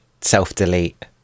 self-delete